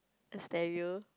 a stereo